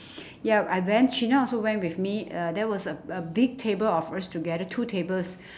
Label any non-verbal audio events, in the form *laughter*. *breath* I went cinna also went with me uh there was uh a big table of us together two tables *breath*